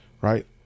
right